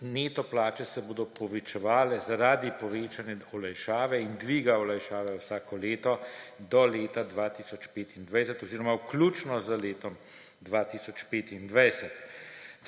neto plače se bodo povečevale zaradi povečanja olajšave in dviga olajšave vsako leto do leta 2025 oziroma vključno z letom 2025.